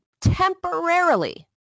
temporarily